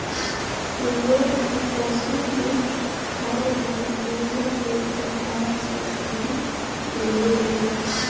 Europe में पशु मुक्त खाद पर ओजा के सरकार सब्सिडी देवेले